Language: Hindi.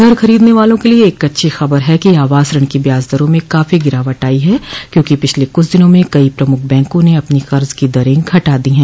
घर खरीदने वालों के लिए एक अच्छी खबर है कि आवास ऋण की ब्याज दरों में काफी गिरावट आई है क्योंकि पिछले कुछ दिनों में कइ प्रमुख बैंकों ने अपनी कर्ज की दरें घटा दी हैं